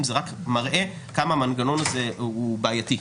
וזה רק מראה כמה המנגנון הזה הוא בעייתי.